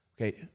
okay